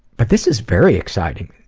but this is very exciting!